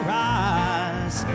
rise